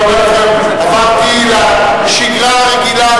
אני אומר לכם: עברתי לשגרה רגילה.